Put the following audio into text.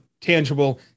tangible